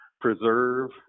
preserve